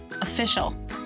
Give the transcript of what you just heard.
official